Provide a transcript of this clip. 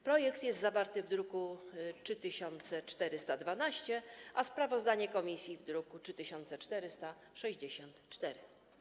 Projekt jest zawarty w druku nr 3412, a sprawozdanie komisji w druku nr 3464.